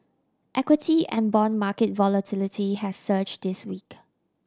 equity and bond market volatility has surge this week